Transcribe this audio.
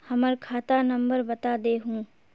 हमर खाता नंबर बता देहु?